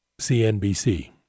CNBC